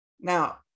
Now